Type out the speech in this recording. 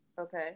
Okay